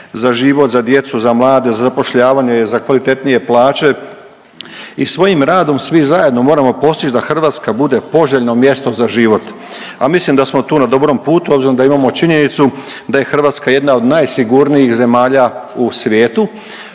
za život, za djecu, za mlade, za zapošljavanje, za kvalitetnije plaće i svojim radom svi zajedno moramo postići da Hrvatska bude poželjno mjesto za život. A mislim da smo tu na dobrom putu obzirom da imamo činjenicu da je Hrvatska jedna od najsigurnijih zemalja u svijetu.